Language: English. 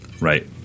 Right